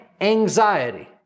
anxiety